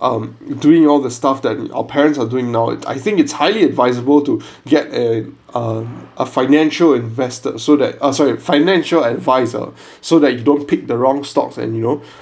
um doing all the stuff that our parents are doing now I think it's highly advisable to get a a a financial invested so that ah sorry a financial advisor so that you don't pick the wrong stocks and you know